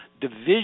division